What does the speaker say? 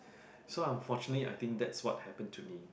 so unfortunately I think that's what happen to me